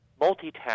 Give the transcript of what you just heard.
multitask